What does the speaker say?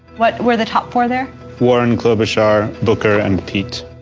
what were the top four there for? include bashar booker and pete.